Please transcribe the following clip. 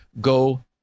go